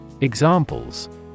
Examples